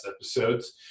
episodes